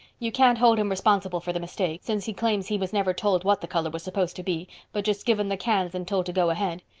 you can't hold him responsible for the mistake, since he claims he was never told what the color was supposed to be but just given the cans and told to go ahead.